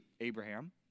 Abraham